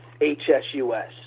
HSUS